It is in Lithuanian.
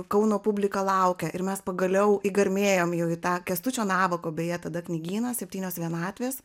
kauno publika laukia ir mes pagaliau įgarmėjom jau į tą kęstučio navako beje tada knygyną septynios vienatvės